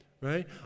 right